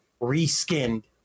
reskinned